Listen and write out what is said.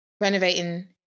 renovating